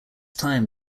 time